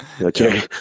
okay